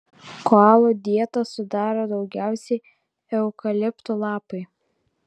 koalų dietą sudaro daugiausiai eukaliptų lapai